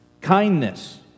kindness